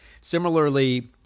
Similarly